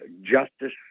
justice